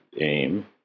aim